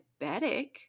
diabetic